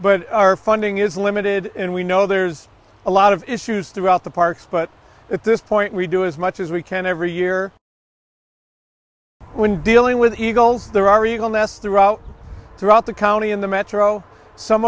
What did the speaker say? but our funding is limited and we know there's a lot of issues throughout the parks but at this point we do as much as we can every year when dealing with eagles there are you a mess throughout throughout the county in the metro some